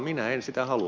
minä en sitä halua